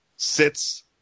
sits